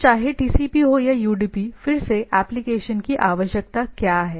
तो चाहे TCP हो या UDP फिर से एप्लीकेशन की आवश्यकता क्या है